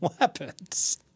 weapons